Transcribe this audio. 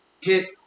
hit